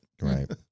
Right